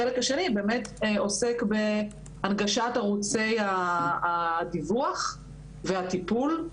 החלק השני עוסק בהנגשת ערוצי הדיווח והטיפול,